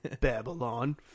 babylon